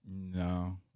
No